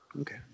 Okay